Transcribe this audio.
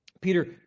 Peter